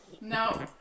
No